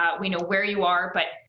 ah we know where you are, but,